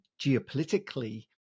geopolitically